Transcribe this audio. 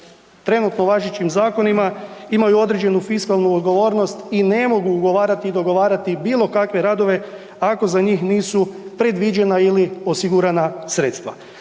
trenutno važećim zakonima imaju određenu fiskalnu odgovornost i ne mogu ugovarati i dogovarati bilo kakve radove, ako za njih nisu predviđena ili osigurana sredstva.